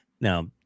Now